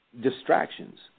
distractions